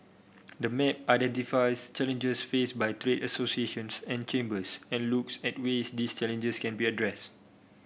the map identifies challenges faced by trade associations and chambers and looks at ways these challenges can be addressed